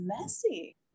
messy